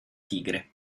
tigre